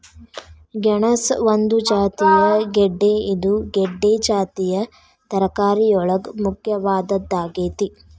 ಗೆಣಸ ಒಂದು ಜಾತಿಯ ಗೆಡ್ದೆ ಇದು ಗೆಡ್ದೆ ಜಾತಿಯ ತರಕಾರಿಯೊಳಗ ಮುಖ್ಯವಾದದ್ದಾಗೇತಿ